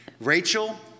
Rachel